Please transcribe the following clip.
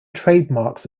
trademarks